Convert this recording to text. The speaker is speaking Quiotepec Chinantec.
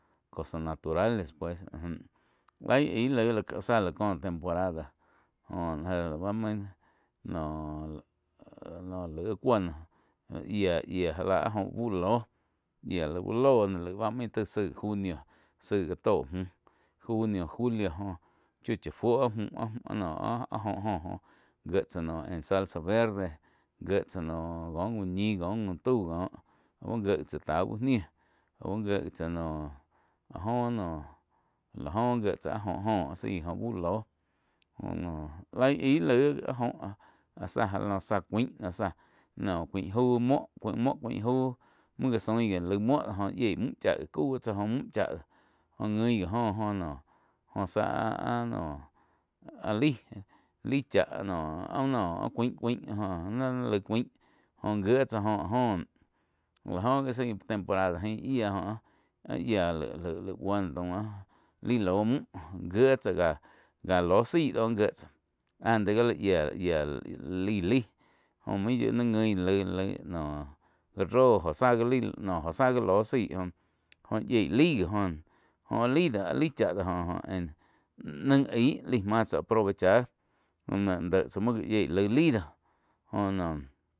Cosa naturales pues uh mu laig aí laig záh la có temporada jo éh la ba main noh laig áh cuo noh yiá-yiá já la áh jóh úh ló yía laig úh lo noh laig báh main taig zaig junio zaig gá tóh müh junio, julio joh chiu cha fuo áh mü áh noh áh joh oh gíe tsá noh en salsa verde gie tsá noh có gaum ñi cóh jaum tau cóh aug gié gi tsá táh úh nih áuh jié gi tsá noh áh joh noh láh joh gié tsá áh joh ohzái jóh úh loh jóh noh laig aíh laig áh joh áh záh, záh cuain, záh noh cuaín jau muoh cuain jau muo gá soin gi laig muo do jo yieh müh cháh cau tsá jo mü chá jo nguin ji oh joh noh, záh áh-áh noh áh laí, laí cha noh aum no cuain joh náh laig cuain goh gie tsá joh áh joh lá oh gi áh zai temporada ain yiá áh yia laig-laig buo noh taum áh laí loh müh gié tsá káh, káh lóh zaih doh gie tsáh ante gi la yía laí-laí joh mú yoih nai ngui laig-laig noh ga róh go zá gi laí noh óh zá gui loh záí jo na yie laí gi oh náh joh áh lai do, lai cha do naig aíh lai má tsá aprovechar déh tsá muo gá yieh laig laí doh joh noh.